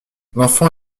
l’enfant